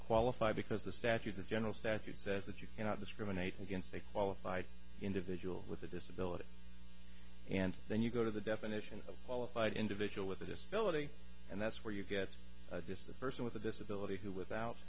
qualify because the statute that general statute says that you cannot discriminate against a qualified individual with a disability and then you go to the definition of qualified individual with a disability and that's where you get this the person with a disability who without